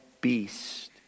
beast